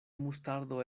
mustardo